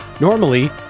normally